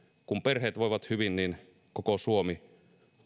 kun perheet voivat hyvin niin koko suomi